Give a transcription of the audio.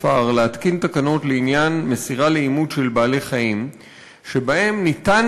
הכפר להתקין תקנות לעניין מסירה לאימוץ של בעלי-חיים שבהן ניתן